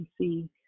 see